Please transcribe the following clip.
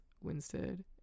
Winstead